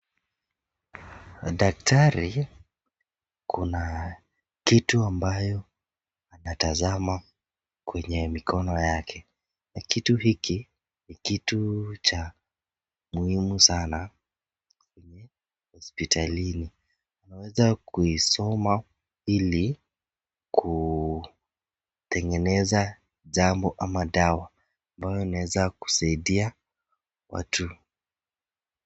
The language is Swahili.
Daktari kuna kitu ambayo anatazama kwenye mikono yake. Kitu hiki ni kitu cha muhimu sana kwenye hospitalini. Unaweza kuisoma ili kutengeneza jambo ama dawa ambayo inaeza kusaidia watu.